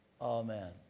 amen